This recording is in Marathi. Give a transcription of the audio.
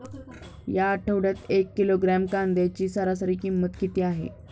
या आठवड्यात एक किलोग्रॅम कांद्याची सरासरी किंमत किती आहे?